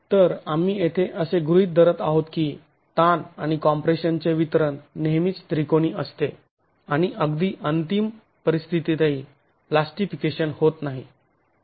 तर आम्ही येथे असे गृहीत धरत आहोत की ताण आणि कॉम्प्रेशन चे वितरण नेहमीच त्रिकोणी असते आणि अगदी अंतिम परिस्थितीतही प्लास्टिफिकेशन होत नाही